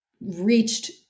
reached